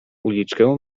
uliczkę